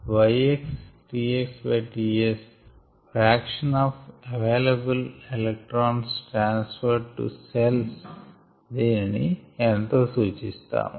yx Γx Γs fraction of available electrons transferred to cells దీనిని η తో సూచిస్తాము